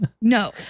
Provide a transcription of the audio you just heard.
No